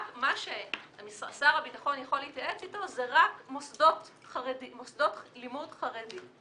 רק מה ששר הביטחון יכול להתייעץ זה מוסדות לימוד חרדי.